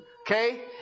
okay